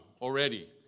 already